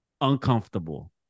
uncomfortable